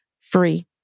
free